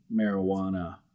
marijuana